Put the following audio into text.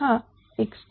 हा x3